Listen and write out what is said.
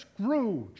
Scrooge